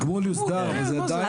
הגמול יוסדר זה עדיין.